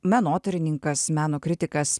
menotyrininkas meno kritikas